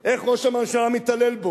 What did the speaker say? איך ראש המדינה מתעלל בו,